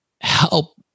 help